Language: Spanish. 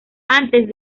antes